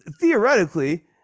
theoretically